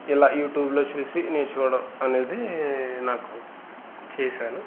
ఇలా యూట్యూబ్లో చూసి నేర్చుకోవడం అనేది నాకు చేశాను